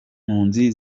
mpunzi